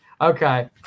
Okay